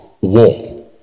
war